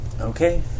Okay